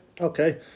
Okay